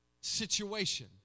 situation